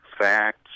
facts